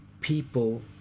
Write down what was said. people